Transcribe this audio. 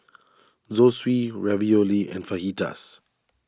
Zosui Ravioli and Fajitas